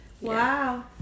wow